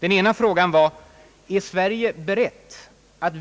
Den ena frågan var: Är Sverige berett att